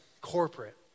corporate